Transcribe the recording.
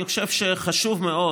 אני חושב שחשוב מאוד,